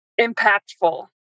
impactful